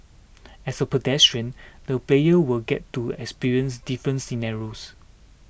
as a pedestrian the player will get to experience different scenarios